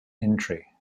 entry